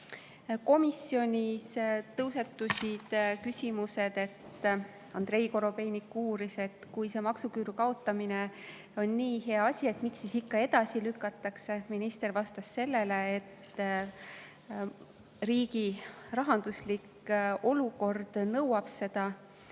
Komisjonis tõusetusid küsimused. Andrei Korobeinik uuris, et kui maksuküüru kaotamine on nii hea asi, miks seda siis ikka edasi lükatakse. Minister vastas, et riigi rahanduslik olukord nõuab seda,